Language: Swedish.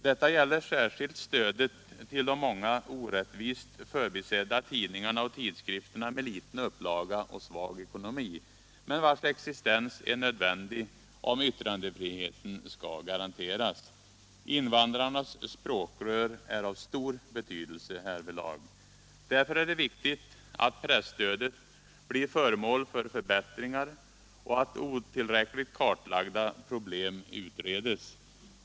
Detta gäller särskilt stödet till de många orättvist förbisedda tidningarna och tidskrifterna med liten upplaga och svag ekonomi, vilkas existens är nödvändig om yttrandefriheten skall garanteras. Invandrarnas språkrör är av stor betydelse härvidlag. Därför är det viktigt att presstödet blir föremål för förbättringar och att otillräckligt kartlagda problem utreds.